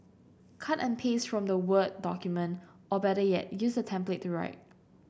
cut and paste from the word document or better yet use a template to write